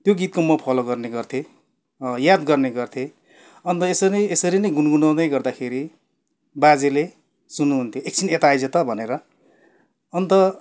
त्यो गीतको म फलो गर्ने गर्थेँ याद गर्ने गर्थेँ अन्त यसरी नै यसरी नै गुन्गुनाउँदै गर्दाखेरि बाजेले सुन्नु हुन्थ्यो एकछिन यता आइज त भनेर अन्त